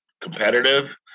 competitive